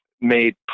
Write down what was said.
made